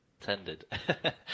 tended